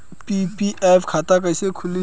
PPF खाता कैसे खुली?